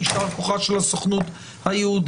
יישר כוחה של הסוכנות היהודית,